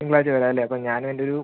തിങ്കളാഴ്ച വരാവല്ലേ അപ്പം ഞാനും എൻറ്റൊരു കു